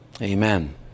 Amen